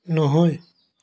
নহয়